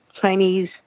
Chinese